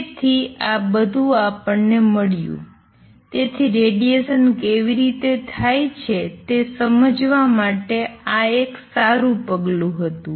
તેથી આ બધું આપણને મળ્યું તેથી રેડિએશન કેવી રીતે થાય છે તે સમજવા માટે આ એક સારું પગલું હતું